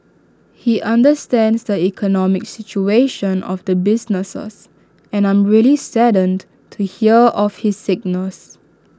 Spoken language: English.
he understands the economic situation of the businesses and I'm really saddened to hear of his sickness